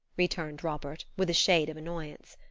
returned robert, with a shade of annoyance.